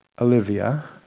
Olivia